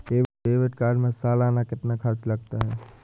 Debit card में सालाना कितना खर्च लगता है?